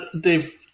Dave